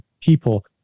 people